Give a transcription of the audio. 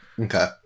Okay